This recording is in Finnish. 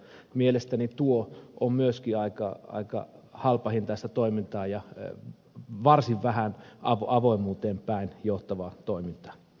mielestäni tuo on myöskin aika halpahintaista toimintaa ja varsin vähän avoimuuteen päin johtavaa toimintaa